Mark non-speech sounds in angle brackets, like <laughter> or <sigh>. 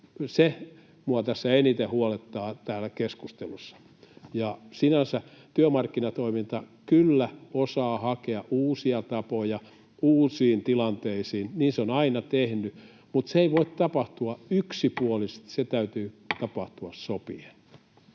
Se minua tässä keskustelussa eniten huolettaa. Sinänsä työmarkkinatoiminta kyllä osaa hakea uusia tapoja uusiin tilanteisiin, niin se on aina tehnyt, mutta se ei voi tapahtua <noise> yksipuolisesti, sen täytyy tapahtua sopien.